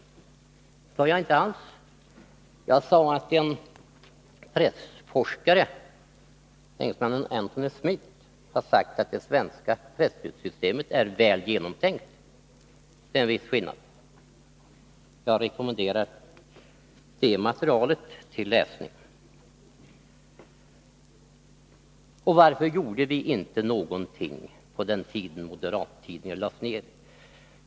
Det sade jag inte alls; jag nämnde att en pressforskare, engelsmannen Anthony Smith, har sagt att det svenska presstödssystemet är väl genomtänkt, och det är en viss skillnad. Jag rekommenderar det materialet till läsning. Varför gjorde vi inte någonting på den tid då moderata tidningar lades ned?